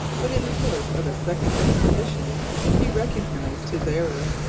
but in the course of a second expedition he recognized his error.